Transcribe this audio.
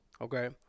Okay